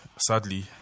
sadly